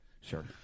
Sure